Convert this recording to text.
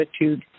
attitude